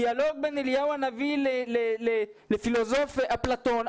דיאלוג בין אליהו הנביא לפילוסוף אפלטון.